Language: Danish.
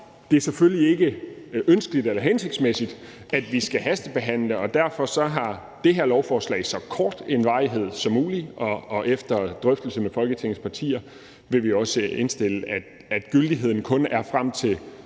at det selvfølgelig ikke er ønskeligt eller hensigtsmæssigt, at vi skal hastebehandle, og derfor har det her lovforslag så kort en varighed som muligt, og efter drøftelse med Folketingets partier vil vi også indstille, at gyldigheden kun er frem til